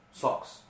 socks